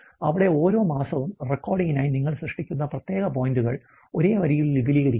അവിടെ ഓരോ മാസവും റെക്കോർഡിംഗിനായി നിങ്ങൾ സൃഷ്ടിക്കുന്ന പ്രത്യേക പോയിന്റുകൾ ഒരേ വരിയിൽ വിപുലീകരിക്കുന്നു